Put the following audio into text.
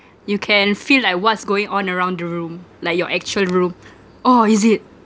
you can feel like what's going on around the room like your actual room oh is it